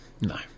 no